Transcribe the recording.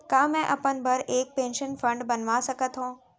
का मैं अपन बर एक पेंशन फण्ड बनवा सकत हो?